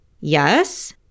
Yes